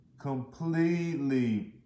completely